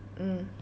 mm